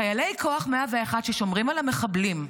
חיילי כוח 101 ששומרים על המחבלים,